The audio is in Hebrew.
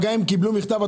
גם אם קיבלו מכתב,